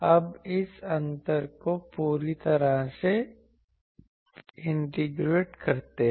अब इस अंतर को पूरी तरह से इंटीग्रेट करते हैं